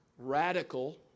Radical